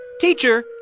Teacher